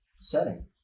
setting